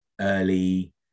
early